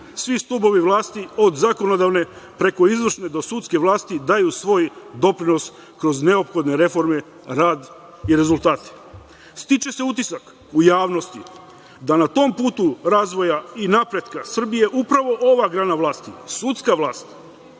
svi stubovi vlasti, od zakonodavne, preko izvršne, do sudske vlasti, daju svoj doprinos kroz neophodne reforme, rad i rezultate. Stiče se utisak u javnosti da na tom putu razvoja i napretka Srbije upravo ova grana vlasti, sudska vlast,